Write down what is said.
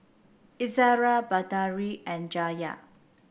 Izara Batari and Yahya